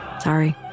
Sorry